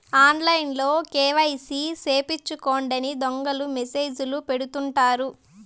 ఆన్లైన్లో కేవైసీ సేపిచ్చుకోండని దొంగలు మెసేజ్ లు పంపుతుంటారు